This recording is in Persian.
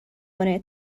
کنه